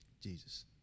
Jesus